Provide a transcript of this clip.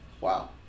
Wow